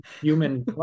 human